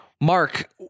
Mark